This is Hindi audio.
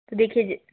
तो देख लीजिए